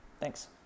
Thanks